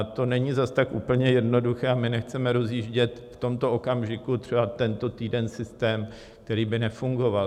To není zas tak úplně jednoduché a my nechceme rozjíždět v tomto okamžiku, třeba tento týden, systém, který by nefungoval.